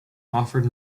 offered